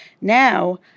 Now